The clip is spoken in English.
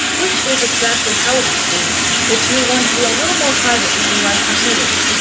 which is exactly how it should be if you're one to be a little more private with your life proceedings.